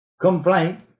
complaint